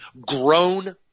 grown